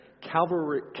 Calvary